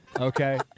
okay